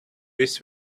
this